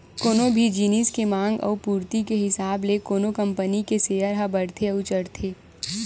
कोनो भी जिनिस के मांग अउ पूरति के हिसाब ले कोनो कंपनी के सेयर ह बड़थे अउ चढ़थे